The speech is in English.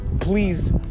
please